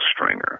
stringer